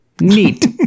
neat